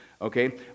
Okay